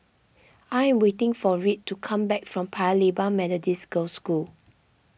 I am waiting for Reed to come back from Paya Lebar Methodist Girls' School